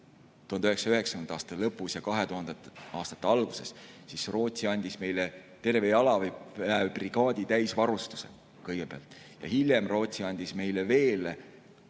1990. aastate lõpus ja 2000. aastate alguses, siis Rootsi andis meile terve jalaväebrigaadi täisvarustuse, kõigepealt. Hiljem Rootsi andis meile veel